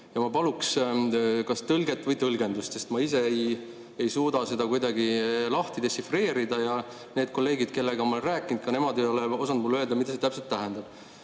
ja ma paluks kas tõlget või tõlgendust, sest ma ise ei suuda seda kuidagi lahti dešifreerida. Ka need kolleegid, kellega ma olen rääkinud, ei ole osanud mulle öelda, mida see täpselt tähendas.